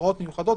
הוראות מיוחדות,